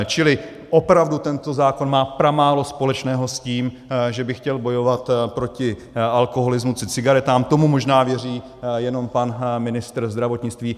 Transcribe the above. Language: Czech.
Čili opravdu tento zákon má pramálo společného s tím, že by chtěl bojovat proti alkoholismu či cigaretám, tomu možná věří jenom pan ministr zdravotnictví.